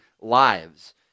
lives